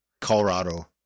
Colorado